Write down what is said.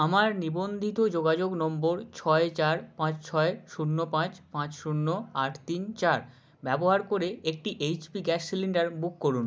আমার নিবন্ধিত যোগাযোগ নম্বর ছয় চার পাঁচ ছয় শূন্য পাঁচ পাঁচ শূন্য আট তিন চার ব্যবহার করে একটি এইচপি গ্যাস সিলিন্ডার বুক করুন